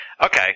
Okay